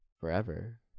forever